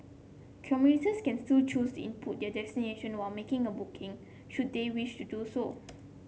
commuters can still choose input their destination while making a booking should they wish to do so